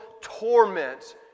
torment